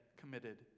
committed